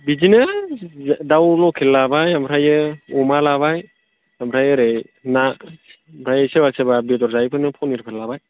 बिदिनो दाउ लकेल लाबाय ओमफ्रायो अमा लाबाय ओमफ्राय ओरै ना ओमफ्राय सोरबा सोरबा बेदर जायैफोरनो पनिरफोर लाबाय